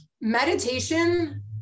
meditation